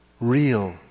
real